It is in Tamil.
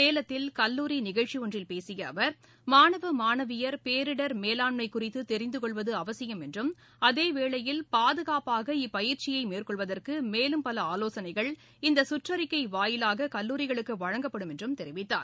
சேலத்தில் கல்லூரி நிகழ்ச்சி ஒன்றில் பேசிய அவர் மாணவ மாணவியர் பேரிடர் மேலாண்மை குறித்து தெரிந்து கொள்வது அவசியம் என்றும் அதேவேளையில் பாதுகாப்பாக இப்பயிற்சியை மேற்கொள்வதற்கு மேலும் பல ஆவோசனைகள் இந்த சுற்றறிக்கை வாயிலாக கல்லூரிகளுக்கு வழங்கப்படும் என்றும் தெரிவித்தார்